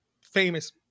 famous